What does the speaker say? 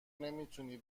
نمیتونی